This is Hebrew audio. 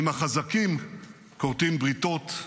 עם החזקים כורתים בריתות,